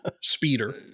speeder